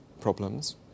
problems